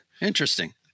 Interesting